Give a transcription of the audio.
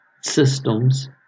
systems